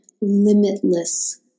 limitless